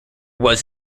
was